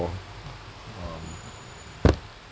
um